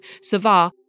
Savar